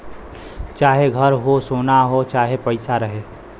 चाहे घर हो, सोना हो चाहे पइसा रहे